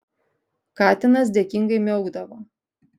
katinas dėkingai miaukdavo